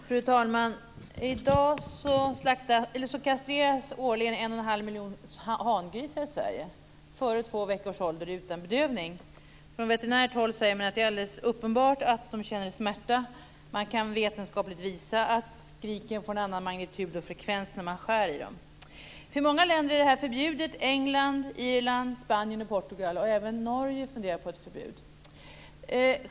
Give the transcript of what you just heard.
Fru talman! I dag kastreras årligen en och en halv miljon hangrisar i Sverige före två veckors ålder utan bedövning. Från veterinärt håll säger man att det är alldeles uppenbart att de känner smärta. Man kan vetenskapligt visa att skriken får en annan magnitud och frekvens när man skär i dem. I många länder är detta förbjudet. Det gäller England, Irland, Spanien och Portugal. Och även i Norge funderar man på ett förbud.